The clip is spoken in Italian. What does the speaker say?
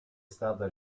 stata